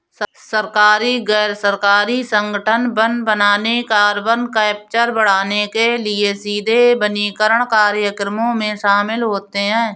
सरकारी, गैर सरकारी संगठन वन बनाने, कार्बन कैप्चर बढ़ाने के लिए सीधे वनीकरण कार्यक्रमों में शामिल होते हैं